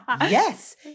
yes